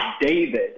David